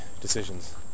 decisions